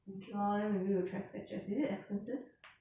okay lor then maybe we'll try skechers is it expensive